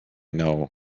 know